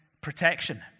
protection